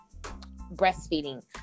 breastfeeding